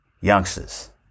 youngsters